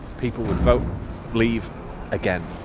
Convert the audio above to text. people would vote leave again.